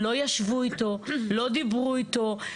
לא ישבו איתו, לא דיברו איתו,